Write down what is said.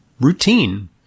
routine